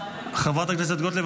--- חברת הכנסת גוטליב,